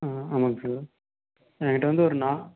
ஆ ஆமாங்க சார் எங்கிட்ட வந்து ஒரு நா